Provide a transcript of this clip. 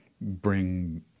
bring